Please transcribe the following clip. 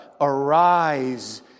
arise